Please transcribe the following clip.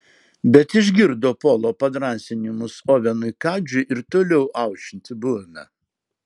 bet išgirdo polo padrąsinimus ovenui kadžiui ir toliau aušinti burną